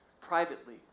privately